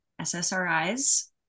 SSRIs